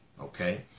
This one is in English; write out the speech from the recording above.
Okay